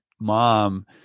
mom